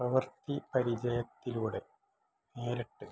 പ്രവർത്തി പരിചയത്തിലൂടെ നേരിട്ട്